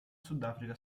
sudafrica